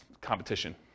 competition